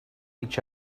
each